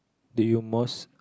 do you most